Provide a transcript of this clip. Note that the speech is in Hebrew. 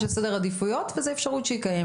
שני.